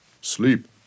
sleep